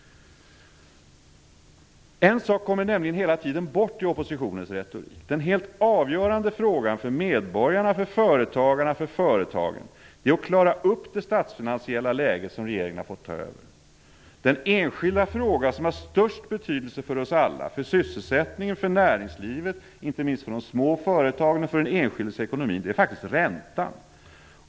En sak kommer hela tiden bort i oppositionens retorik. Den helt avgörande frågan för medborgarna, företagarna och företagen är att klara upp det statsfinansiella läge som regeringen har fått ta över. Den enskilda fråga som har störst betydelse för oss alla, för sysselsättningen, för näringslivet och inte minst för de små företagen och den enskildes ekonomi är faktiskt räntan.